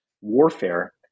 warfare